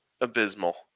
abysmal